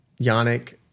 Yannick